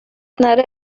نره